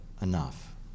enough